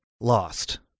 lost